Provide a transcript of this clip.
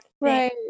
right